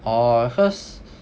orh cause